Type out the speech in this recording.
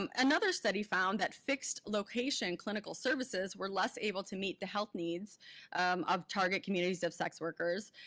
um another study found that fixed location clinical services were less able to meet the health needs of target communities of sex workers.